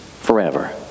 forever